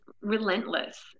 relentless